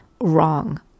wrong